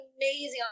amazing